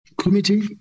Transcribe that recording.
Committee